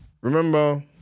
Remember